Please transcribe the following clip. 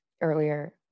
earlier